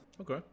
okay